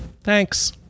thanks